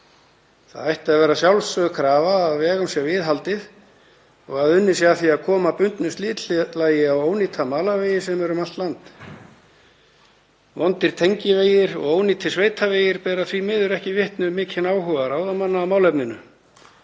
Það ætti að vera sjálfsögð krafa að vegum sé viðhaldið og að unnið sé að því að koma bundnu slitlagi á ónýta malarvegi sem eru um allt land. Vondir tengivegir og ónýtir sveitavegir bera því miður ekki vitni um mikinn áhuga ráðamanna á málefninu.